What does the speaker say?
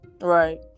right